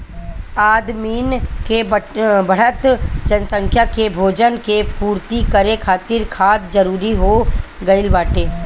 आदमिन के बढ़त जनसंख्या के भोजन के पूर्ति करे खातिर खाद जरूरी हो गइल बाटे